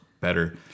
better